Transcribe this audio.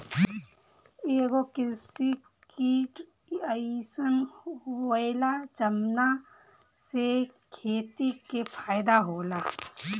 एगो कृषि किट अइसन होएला जवना से खेती के फायदा होला